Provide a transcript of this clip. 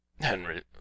Henry